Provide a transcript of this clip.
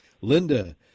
Linda